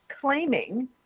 claiming